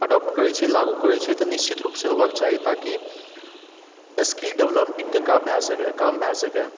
adopt करैत छै लागू करैत छै तऽ निश्चित रूपसँ होायबाक चाही ताकि स्किल डेवलपिंगके काज भए सके काम भए सके